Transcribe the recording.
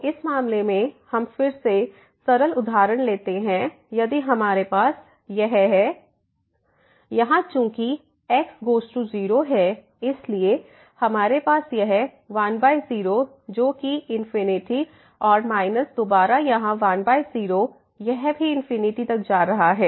तो इस मामले में हम फिर से सरल उदाहरण लेते हैं यदि हमारे पास यह है 1x2 1x यहाँ चूंकि x गोज़ टू 0 है इसलिए हमारे पास यह 1 0 जो कि और माइनस दोबारा यहाँ 10 यह भी जा रहा है